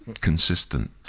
consistent